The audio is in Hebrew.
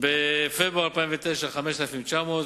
בפברואר 2009, 5,900,